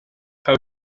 how